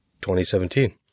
2017